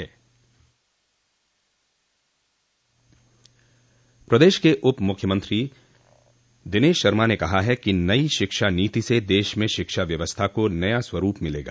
प्रदेश के उप मुख्यमंत्री दिनेश शर्मा ने कहा है कि नई शिक्षा नीति से देश में शिक्षा व्यवस्था को नया स्वरूप मिलेगा